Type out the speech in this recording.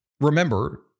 remember